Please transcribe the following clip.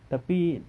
tapi